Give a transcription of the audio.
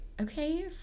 Okay